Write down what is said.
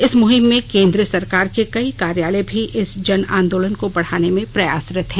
इस मुहिम में केंद्र सरकार के कई कार्यालय में भी इस जन आंदोलन को बढ़ाने में प्रयासरत है